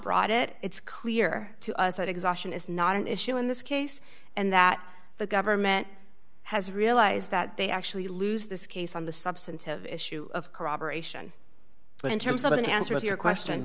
brought it it's clear to us that exhaustion is not an issue in this case and that the government has realized that they actually lose this case on the substantive issue of corroboration but in terms of an answer to your question